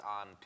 on